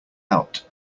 out